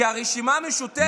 כי הרשימה המשותפת,